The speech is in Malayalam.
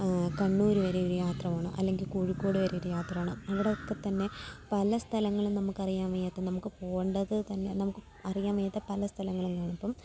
കണ്ണൂർ വരെയൊരു യാത്ര പോണം അല്ലെങ്കിൽ കോഴിക്കോട് വരെ ഒരു യാത്ര പോണം അവിടെയൊക്കെത്തന്നെ പല സ്ഥലങ്ങളും നമുക്കറിയാൻ വയ്യാത്ത നമുക്ക് പോവേണ്ടത് തന്നെ നമുക്ക് അറിയാൻ വയ്യാത്ത പല സ്ഥലങ്ങളും കാണും അപ്പം